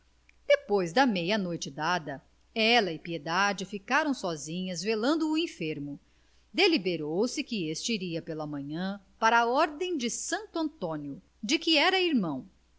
depois da meia-noite dada ela e piedade ficaram sozinhas velando o enfermo deliberou se que este iria pela manhã para a ordem de santo antônio de que era irmão